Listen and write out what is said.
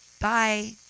bye